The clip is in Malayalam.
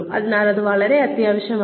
അതിനാൽ അത് വളരെ അത്യാവശ്യമാണ്